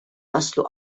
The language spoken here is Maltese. naslu